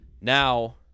Now